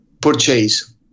purchase